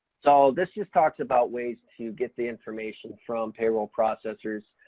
so, this just talks about ways to get the information from payroll processors,